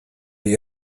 die